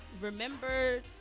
remember